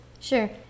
Sure